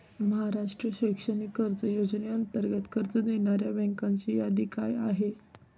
महाराष्ट्र शैक्षणिक कर्ज योजनेअंतर्गत कर्ज देणाऱ्या बँकांची यादी काय आहे?